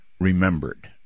remembered